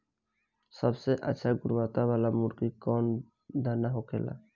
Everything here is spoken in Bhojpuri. सबसे अच्छा गुणवत्ता वाला मुर्गी के कौन दाना होखेला?